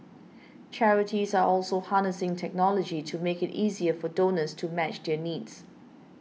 charities are also harnessing technology to make it easier for donors to match their needs